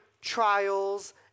trials